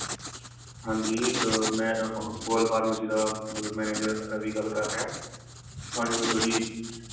ਹਾਂਜੀ ਮੈਂ ਬੋਲ ਫ਼ਾਰਮੈਸੀ ਦਾ ਮਤਲਬ ਮੈਨੇਜਰ ਰਵੀ ਗੱਲ ਕਰ ਰਿਹਾ ਹਾਂਜੀ ਮੈਂ ਤੁਹਾਡੀ